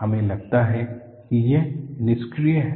हमें लगता है कि यह निष्क्रिय है